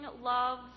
love